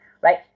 right